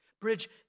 Bridge